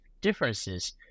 differences